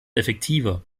effektiver